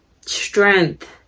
strength